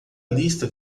lista